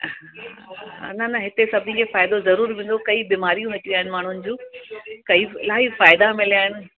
न न हिते सभिनी खे फ़ाइदो जरूर मिलंदो कई बीमारियूं हटियूं आहिनि माण्हूनि जूं कई इलाही फ़ाइदा मिलिया आहिनि